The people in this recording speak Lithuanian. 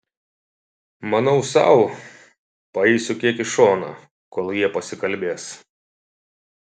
manau sau paeisiu kiek į šoną kol jie pasikalbės